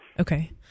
Okay